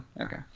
Okay